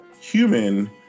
human